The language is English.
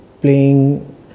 playing